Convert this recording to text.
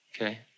Okay